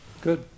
Good